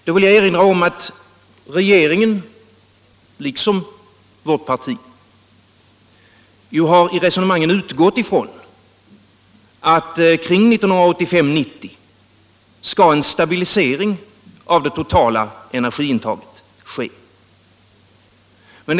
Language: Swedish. Då vill jag erinra om att regeringen liksom vårt parti i sina resonemang utgått ifrån att en stabilisering av det totala energiintaget skall ske omkring 1985-1990.